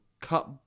cut